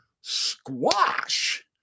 squash